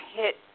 hit